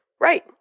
Right